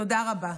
תודה רבה.